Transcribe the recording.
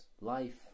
life